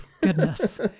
goodness